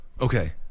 Okay